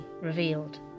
revealed